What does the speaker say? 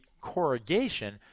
corrugation